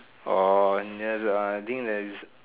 orh then I think there is